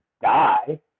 die